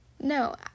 no